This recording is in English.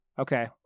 Okay